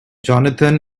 johnathan